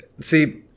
See